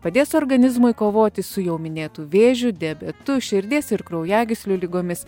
padės organizmui kovoti su jau minėtų vėžiu diabetu širdies ir kraujagyslių ligomis